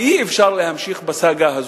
ואי-אפשר להמשיך בסאגה הזו.